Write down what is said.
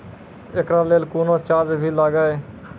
एकरा लेल कुनो चार्ज भी लागैये?